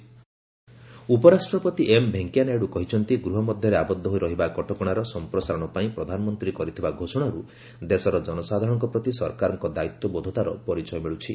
VP lockdown ଉପରାଷ୍ଟ୍ରପତି M Venkaiah Naidu କହିଛନ୍ତି ଗୃହ ମଧ୍ୟରେ ଆବଦ୍ଧ ହୋଇ ରହିବା କଟକଣାର ସମ୍ପ୍ରସାରଣ ପାଇଁ ପ୍ରଧାନମନ୍ତ୍ରୀ କରିଥିବା ଘୋଷଣାରୁ ଦେଶର ଜନସାଧାରଣଙ୍କ ପ୍ରତି ସରକାରଙ୍କ ଦାୟିତ୍ୱବୋଧତାର ପରିଚୟ ମିଳୁଛି